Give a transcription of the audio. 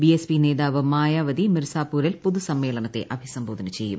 BSP നേതാവ് മായാവതി മിർസാപൂരിൽ പൊതുസമ്മേളനത്തെ അഭിസംബോധന ചെയ്യും